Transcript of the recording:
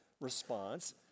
response